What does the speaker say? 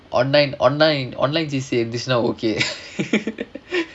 online online online C_C_A வந்துச்சுனா:vandhuchunaa okay